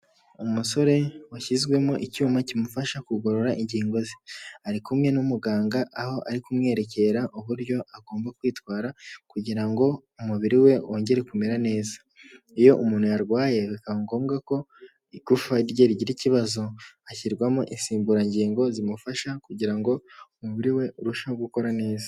Umusore washyizwemo icyuma kimufasha kugorora ingingo ze. Ari kumwe n'umuganga aho ari kumwerekera uburyo agomba kwitwara, kugira ngo umubiri we wongere kumera neza. Iyo umuntu yarwaye bikaba ngombwa ko igufwa rye rigira ikibazo, ashyirwamo insimburangingo zimufasha kugira ngo umubiri we urusheho gukora neza.